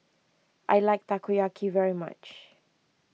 I like Takoyaki very much